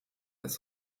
als